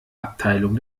abteilung